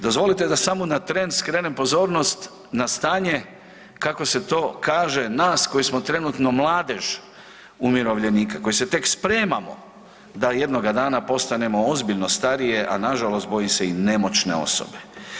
Dozvolite da samo na tren skrenem pozornost na stanje kako se to kaže, nas koji smo trenutno mladež umirovljenika, koji se tek spremamo da jednoga dana postanemo ozbiljno stariji, a nažalost bojim se i nemoćne osobe.